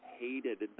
hated